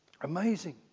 Amazing